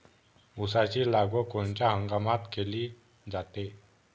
ऊसाची लागवड कोनच्या हंगामात केली जाते?